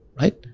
right